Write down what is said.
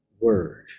word